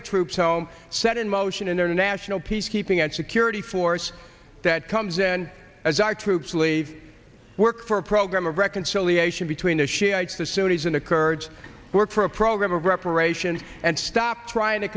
the troops home set in motion international peacekeeping and security force that comes in as our troops leave work for a program of reconciliation between the shiites the cities in the kurds work for a program of reparation and stop trying to